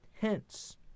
Hence